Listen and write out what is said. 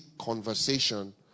conversation